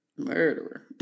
Murderer